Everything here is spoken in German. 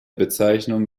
bezeichnung